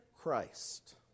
Christ